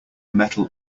metal